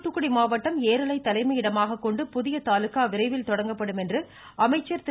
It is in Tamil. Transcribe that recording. தூத்துக்குடி மாவட்டம் ஏரலை தலைமையிடமாக கொண்டு புதிய தாலுகா விரைவில் தொடங்கப்படும் என்று அமைச்சர் திரு